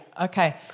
Okay